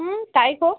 হুম তাই হোক